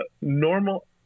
Normal